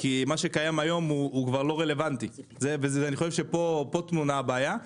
כי מה שקיים היום כבר לא רלוונטי ובזה טמונה הבעיה.